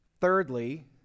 Thirdly